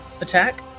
attack